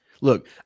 Look